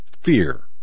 fear